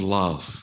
love